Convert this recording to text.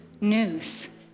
news